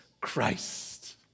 Christ